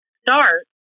start